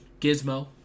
Gizmo